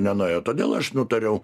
nenuėjo todėl aš nutariau